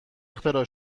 اختراع